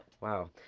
Wow